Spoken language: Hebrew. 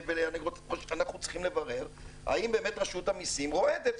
אנחנו צריכים לברר האם באמת רשות המסים רועדת.